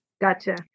Gotcha